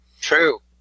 true